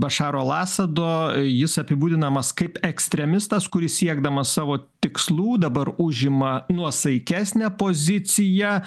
bašaro al asado jis apibūdinamas kaip ekstremistas kuris siekdamas savo tikslų dabar užima nuosaikesnę poziciją